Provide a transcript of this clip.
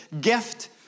gift